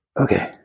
Okay